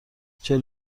چهل